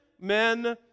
men